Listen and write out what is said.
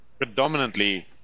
predominantly